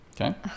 okay